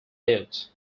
lieut